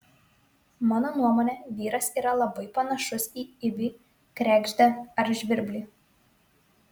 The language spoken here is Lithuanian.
mano nuomone vyras yra labai panašus į ibį kregždę ar žvirblį